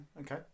okay